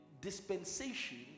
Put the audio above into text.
dispensation